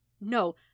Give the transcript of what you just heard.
No